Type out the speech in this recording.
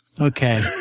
Okay